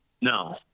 No